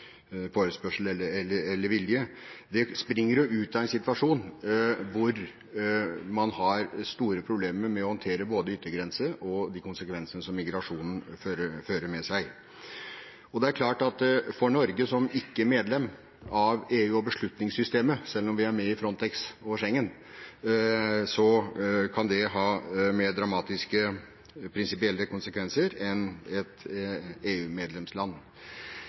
eller vilje – springer jo ut av en situasjon hvor man har store problemer med å håndtere både yttergrenser og de konsekvensene som migrasjonen fører med seg. Det er klart at for Norge – som ikke-medlem av EU og beslutningssystemet, selv om vi er med i Frontex og Schengen – kan det ha mer dramatiske prinsipielle konsekvenser enn for et